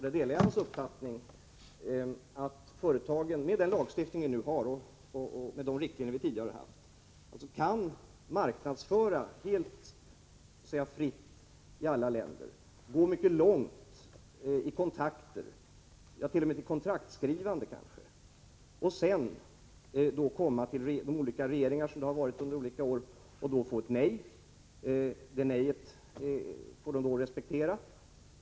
Där delar jag hans uppfattning att företagen — med den lagstiftning vi nu har och med de riktlinjer vi tidigare har haft — har kunnat och kan marknadsföra helt fritt, i alla länder, gå mycket långt i kontakter, ja kanske t.o.m. till kontraktskrivande, och sedan komma till de olika regeringar som funnits under de senare åren och av dem få ett nej. Detta nej får de då respektera.